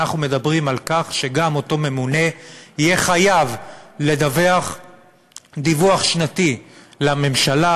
אנחנו מדברים על כך שאותו ממונה גם יהיה חייב לדווח דיווח שנתי לממשלה,